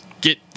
get